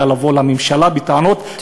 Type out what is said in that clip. אלא לבוא לממשלה בטענות,